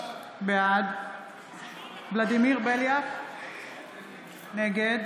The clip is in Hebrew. בעד ולדימיר בליאק, נגד